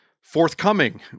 forthcoming